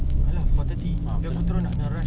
takde bro yang aku tak boleh paitao bro next dah